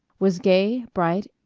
was gay, bright,